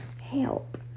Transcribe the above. Help